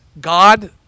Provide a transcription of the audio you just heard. God